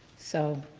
so,